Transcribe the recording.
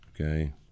okay